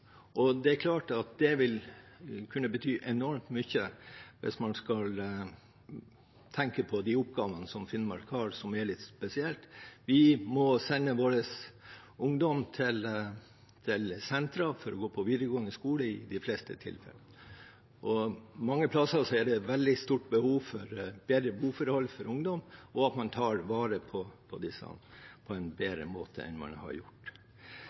og det er klart at det vil kunne bety enormt mye hvis man tenker på de oppgavene som Finnmark har, som er litt spesielle. Vi må i de fleste tilfellene sende ungdommen vår til sentra for å gå på videregående skole, og mange plasser er det et veldig stort behov for bedre boforhold for ungdom, og at man tar vare på dem på en bedre måte enn man har gjort.